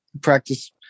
practice